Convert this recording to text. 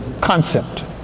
concept